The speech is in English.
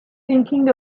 thinking